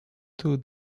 two